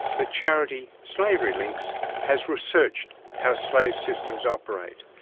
the charity slavery links has researched how slave systems operate.